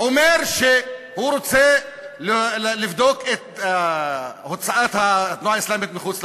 אומר שהוא רוצה לבדוק את הוצאת התנועה האסלאמית מחוץ לחוק,